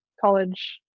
college